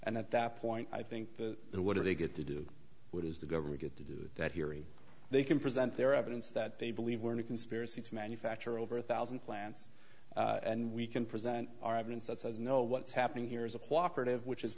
and at that point i think the what are they good to do what is the government get to do that hearing they can present their evidence that they believe were in a conspiracy to manufacture over a thousand plants and we can present our evidence that says no what's happening here is a cooperative which is